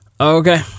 okay